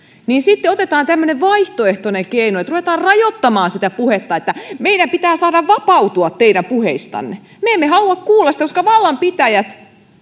niin sitten otetaan tämmöinen vaihtoehtoinen keino että ruvetaan rajoittamaan sitä puhetta niin että meidän pitää saada vapautua teidän puheistanne me emme halua kuulla sitä koska vallanpitäjät